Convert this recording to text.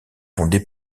fondé